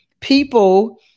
people